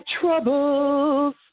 troubles